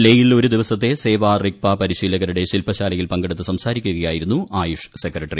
ലേ യിൽ ഒരു ദിവസത്തെ സേവാ റിഗ്പാട് പ്രിശ്രീലകരുടെ ശിൽപശാലയിൽ പങ്കെടുത്ത് സംസാരിക്കുകയായിരുന്നു ആയുഷ് സെക്രട്ടറി